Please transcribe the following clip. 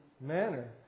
manner